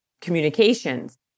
communications